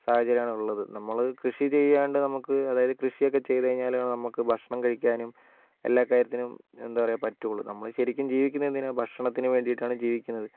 സാഹചര്യമാണുളളത് നമ്മൾ കൃഷി ചെയ്യാണ്ട് നമുക്ക് അതായത് കൃഷി ഒക്കെ ചെയ്തു കഴിഞ്ഞാലാണ് നമ്മൾക്ക് ഭക്ഷണം കഴിക്കാനും എല്ലാ കാര്യത്തിനും എന്താ പറയുക പറ്റുളളൂ നമ്മൾ ശരിക്കും ജീവിക്കുന്നത് എന്തിനാണ് ഭക്ഷണത്തിന് വേണ്ടിയിട്ടാണ് ജീവിക്കുന്നത്